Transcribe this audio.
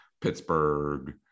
Pittsburgh